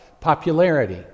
popularity